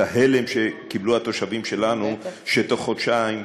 את ההלם שקיבלו התושבים שלנו שתוך חודשיים,